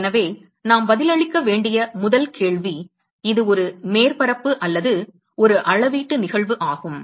எனவே நாம் பதிலளிக்க வேண்டிய முதல் கேள்வி இது ஒரு மேற்பரப்பு அல்லது ஒரு அளவீட்டு நிகழ்வு ஆகும்